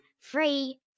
free